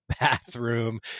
bathroom